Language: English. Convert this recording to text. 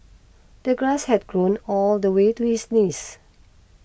the grass had grown all the way to his knees